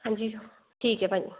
ਹਾਂਜੀ ਠੀਕ ਹੈ ਭਾਅ ਜੀ